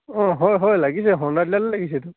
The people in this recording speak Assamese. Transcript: অঁ হয় হয় লাগিছে হণ্ডা ডিলাৰতে লাগিছে এইটো